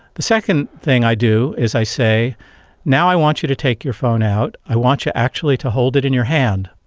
the second thing i do is i say now i want you take your phone out, i want you actually to hold it in your hand.